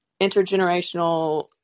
intergenerational